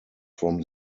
from